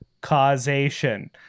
causation